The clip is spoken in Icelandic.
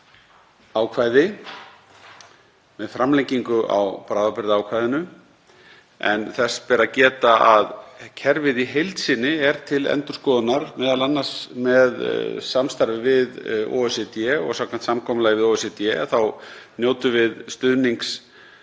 ákvæði með framlengingu á bráðabirgðaákvæðinu. En þess ber að geta að kerfið í heild sinni er til endurskoðunar, m.a. með samstarfi við OECD og samkvæmt samkomulagi við OECD þá njótum við stuðnings